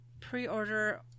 Pre-order